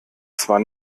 zwar